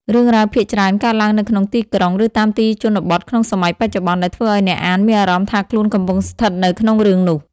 រឿងរ៉ាវភាគច្រើនកើតឡើងនៅក្នុងទីក្រុង ឬតាមទីជនបទក្នុងសម័យបច្ចុប្បន្ន ដែលធ្វើឲ្យអ្នកអានមានអារម្មណ៍ថាខ្លួនកំពុងស្ថិតនៅក្នុងរឿងនោះ។